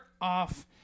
off